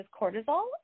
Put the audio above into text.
cortisol